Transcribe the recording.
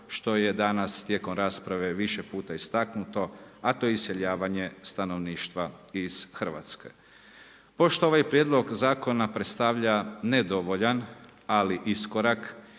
što je danas tijekom rasprave, više puta istaknuto, a to je iseljavanje stanovništva iz Hrvatske. Pošto ovaj prijedlog zakona predstavlja nedovoljan, ali iskorak,